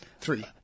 Three